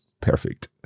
Perfect